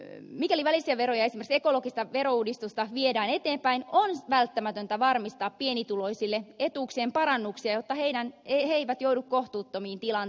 mikäli välisten esimerkiksi ekologista verouudistusta viedään eteenpäin on välttämätöntä varmistaa pienituloisille etuuksien parannuksia jotta he eivät joudu kohtuuttomiin tilanteisiin